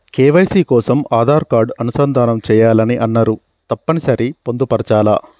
KYC కోసం Aadhaar card అనుసంధానం చేయాలని అన్నరు తప్పని సరి పొందుపరచాలా?